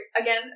again